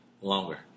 longer